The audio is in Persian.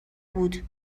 بود